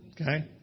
Okay